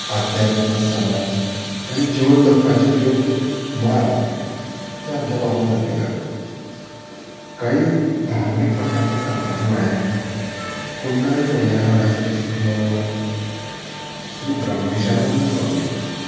आध्यात्म समाज आनी जिवन जगपाचें योग्य मार्ग ते हांगच्या लोकांक दाखयतात कांय धार्मीक लोकांचे सांगपाचें म्हळ्यार कुणय फोण्या हांगासरलो श्री ब्रह्मेशानंद स्वामी